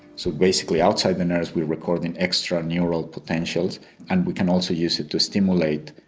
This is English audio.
so basically outside the nerves we record and extra neural potential and we can also use it to stimulate,